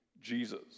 Jesus